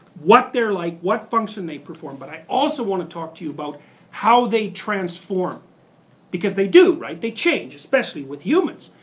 what they're like. what function they perform, but i also want to talk to you about how they transform because they do right? they change, especially with humans.